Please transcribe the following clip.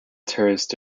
tourist